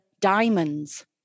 diamonds